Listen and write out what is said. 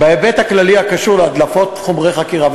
בהיבט הכללי הקשור להדלפות חומרי חקירה,